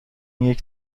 واقعی